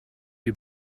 you